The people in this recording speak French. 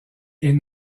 est